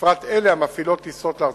ובפרט אלה המפעילות טיסות לארצות-הברית.